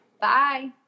Bye